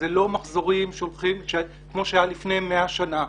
זה לא מחזורים כמו שהיה לפני 100 שנים.